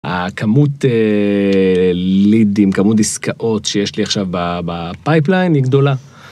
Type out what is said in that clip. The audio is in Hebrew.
הכמות לידים, כמות עסקאות שיש לי עכשיו בפייפליין היא גדולה.